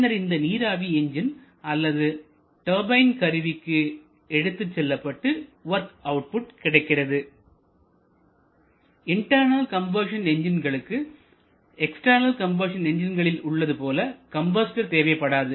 பின்னர் இந்த நீராவி என்ஜின் அல்லது டர்பைன் கருவிக்கு எடுத்துச்செல்லப்பட்டு வொர்க் அவுட்புட் கிடைக்கிறது இன்டர்னல் கம்பஷன் என்ஜின்களுக்கு எக்ஸ்டர்னல் கம்பஷன் என்ஜின்களில் உள்ளது போல கம்பஸ்டர் தேவைப்படாது